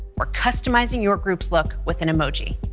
or customizing your groups look with an emoji.